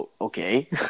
Okay